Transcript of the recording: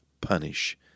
punish